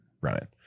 Ryan